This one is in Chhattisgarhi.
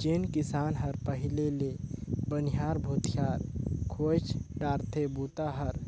जेन किसान हर पहिले ले बनिहार भूथियार खोएज डारथे बूता हर